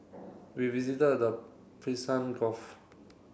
we visited the Gulf